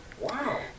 Wow